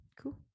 Cool